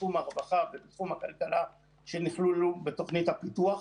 בתחום הרווחה ובתחום הכלכלה שנכללו בתוכנית הפיתוח,